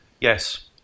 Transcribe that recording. Yes